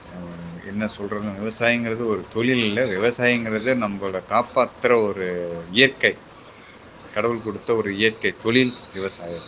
என்ன சொல்கிறதுனு விவசாயங்கிறது ஒரு தொழில் இல்லை விவசாயங்கிறது நம்மள காப்பாத்துகிற ஒரு இயற்கை கடவுள் கொடுத்த ஒரு இயற்கை தொழில் விவசாயம்